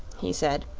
he said.